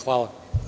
Hvala.